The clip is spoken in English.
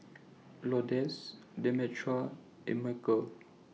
Lourdes Demetra and Mychal